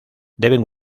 deben